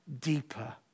deeper